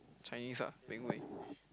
Chinese ah Ping Wei